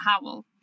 Howell